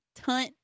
Tunt